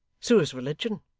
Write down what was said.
so is religion.